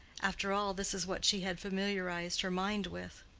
after all, this is what she had familiarized her mind with.